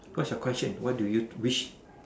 what's your question what do you wish